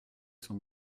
son